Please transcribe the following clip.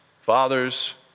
fathers